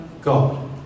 God